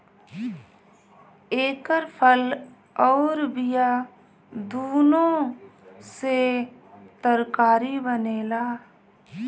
एकर फल अउर बिया दूनो से तरकारी बनेला